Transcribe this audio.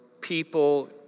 people